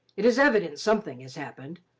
it is evident something has happened.